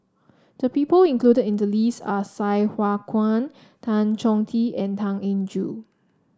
the people included in the list are Sai Hua Kuan Tan Chong Tee and Tan Eng Joo